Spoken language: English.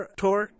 tour